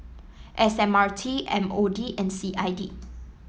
S M R T M O D and C I D